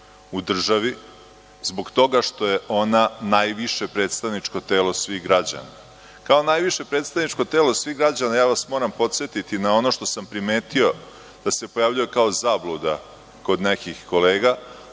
u državi zbog toga što je ona najviše predstavničko telo svih građana. Kao najviše predstavničko telo svih građana, moram vas podsetiti na ono što sam primetio da se pojavljuje kao zabluda kod nekih kolega,